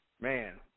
Man